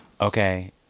Okay